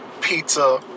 Pizza